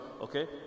Okay